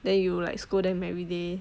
then you like scold them everyday